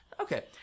Okay